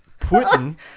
Putin